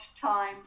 time